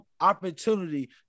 opportunity